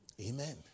Amen